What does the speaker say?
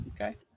Okay